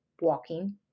walking